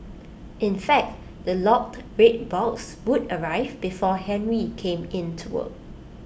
in fact the locked red box would arrive before Henry came in to work